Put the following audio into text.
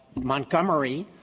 montgomery,